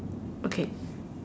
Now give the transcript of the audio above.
okay